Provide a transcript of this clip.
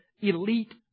elite